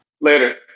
later